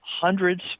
Hundreds